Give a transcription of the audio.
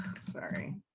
Sorry